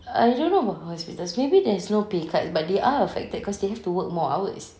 I don't know about hospitals maybe there's no pay cut but they are affected cause they have to work more hours